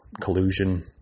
collusion